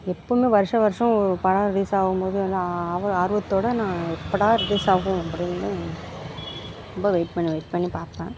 எப்போதுமே வருஷ வருஷம் ஒரு படம் ரிலீசாகும் போது நான் அவ ஆர்வத்தோடு எப்போடா ரிலீசாகும் அப்படின்னு ரொம்ப வெயிட் பண்ணி வெயிட் பண்ணி பார்ப்பேன்